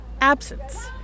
absence